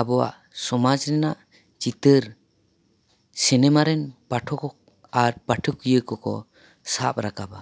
ᱟᱵᱚᱣᱟᱜ ᱥᱚᱢᱟᱡᱽ ᱨᱮᱱᱟᱜ ᱪᱤᱛᱟᱹᱨ ᱥᱤᱱᱮᱢᱟ ᱨᱮᱱ ᱯᱟᱴᱷᱚᱠ ᱟᱨ ᱯᱟᱴᱷᱚᱠᱤᱭᱟᱹ ᱠᱚ ᱠᱚ ᱥᱟᱵ ᱨᱟᱠᱟᱵᱟ